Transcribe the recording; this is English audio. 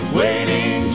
waiting